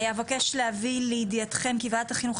אבקש להביא לידיעתכם כי ועדת החינוך,